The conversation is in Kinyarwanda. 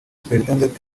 superintendent